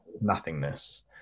nothingness